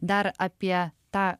dar apie tą